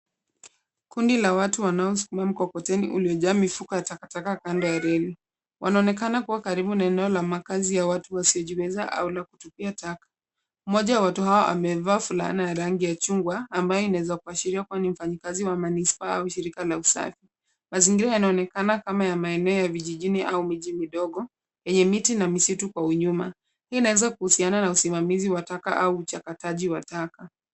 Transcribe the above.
Kundi la watu wanaosukumwa mkokoteni uliojaa mifuko ya takataka kando ya reli. Wanaonekana kuwa karibu na eneo la makazi ya watu wasiojiweza au la kutupia taka. Umoja wa watu hawa amevaa fulana ya rangi ya chungwa, ambaye inaweza kuashiriwa kuwa ni mfanyakazi wa manispaa au shirika la usafi. Mazingira yanaonekana kama ya maeneo ya vijijini au miji midogo yenye miti na misitu kwa unyuma. Hii inaweza kuhusiana na usimamizi wa taka au uchakataji wa taka.